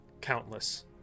countless